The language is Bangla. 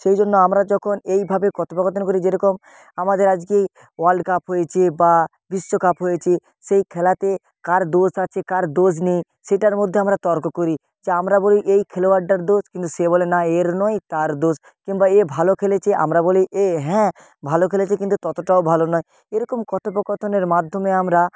সেই জন্য আমরা যখন এইভাবে কথোপকথন করি যেরকম আমাদের আজকেই ওয়ার্ল্ড কাপ হয়েছে বা বিশ্বকাপ হয়েছে সেই খেলাতে কার দোষ আছে কার দোষ নেই সেটার মধ্যে আমরা তর্ক করি যে আমরা বলি এই খেলোয়াড়টার দোষ কিন্তু সে বলে না এর নয় তার দোষ কিংবা এ ভালো খেলেছে আমরা বলি এ হ্যাঁ ভালো খেলেছে কিন্তু ততটাও ভালো নয় এরকম কথোপকথনের মাধ্যমে আমরা